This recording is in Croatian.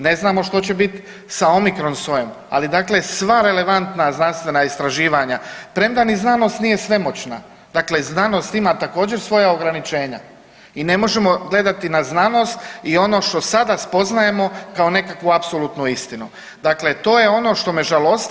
Ne znamo što će bit sa omikron sojem, ali dakle sva relevantna znanstvena istraživanja premda ni znanost nije svemoćna, dakle znanost ima također svoja ograničenja i ne možemo gledati na znanost i ono što sada spoznajemo kao nekakvu apsolutnu istinu, dakle to je ono što me žalosti.